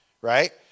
right